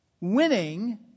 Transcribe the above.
Winning